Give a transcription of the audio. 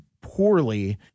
poorly